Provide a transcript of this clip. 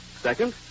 Second